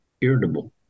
irritable